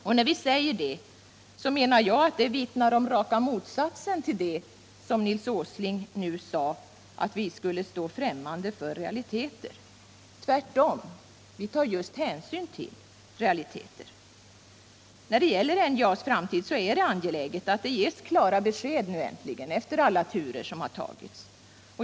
Det vittnar, menar jag, om raka motsatsen till vad Nils Åsling sade, att vi skulle stå främmande för realiteter. Vi tar tvärtom hänsyn till realiteterna. När det gäller NJA:s framtid är det angeläget att det äntligen ges klara besked efter alla turer som har tagits.